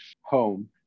home